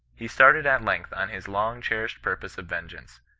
he started at length on his long-cherished purpose of vengeance,